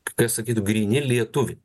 kas sakytų gryni lietuviai